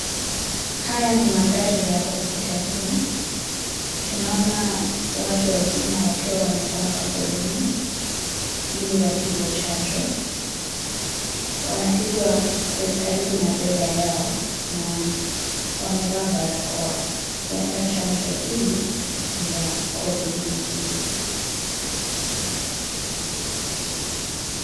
Haya ni mandhari ya hospitalini, tunaona watu wazima wakiwa wamepanga foleni, ili wapigwe chanjo, wanapigwa kwe, karibu na bega yao, na wamevaa barakoa, huenda chanjo hili, ni la COVID nineteen .